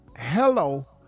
hello